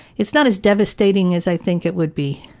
it's not as devastating as i think it would be.